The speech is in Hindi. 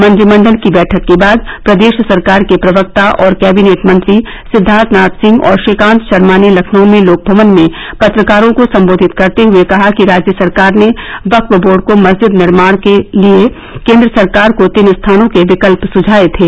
मंत्रिमंडल की बैठक के बाद प्रदेश सरकार के प्रवक्ता और कैबिनेट मंत्री सिद्वार्थनाथ सिंह और श्रीकांत शर्मा ने लखनऊ में लोकभवन में पत्रकारों को संबोधित करते हुए कहा कि राज्य सरकार ने वक्फ बोर्ड को मरिजद निर्माण के लिए केंद्र सरकार को तीन स्थानों के विकल्प सुझाये थे